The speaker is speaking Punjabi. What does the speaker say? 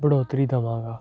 ਬੜੋਤਰੀ ਦੇਵਾਂਗਾ